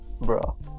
bro